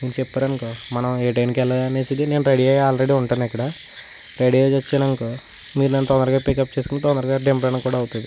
మీరు చెప్పారు అనుకో మనము ఏ టైమ్కి వెళ్ళాలి అనేసి నేను రెడీ అయ్యి ఆల్రెడీ ఉంటాను ఇక్కడ రెడీ అయ్యేసి వచ్చాను అనుకో మీరు నన్ను తొందరగా పికప్ చేసుకుని తొందరగా దింపడానికి కూడా అవుతుంది